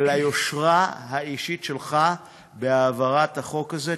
על היושרה האישית שלך בהעברת החוק הזה.